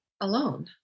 alone